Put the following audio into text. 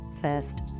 first